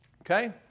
okay